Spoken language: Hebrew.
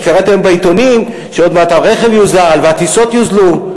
כי קראתי היום בעיתונים שעוד מעט הרכב יוזל והטיסות יוזלו,